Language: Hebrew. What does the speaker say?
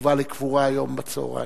הוא הובא לקבורה היום בצהריים.